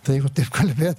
tai jeigu kalbėt